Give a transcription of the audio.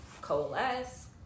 coalesce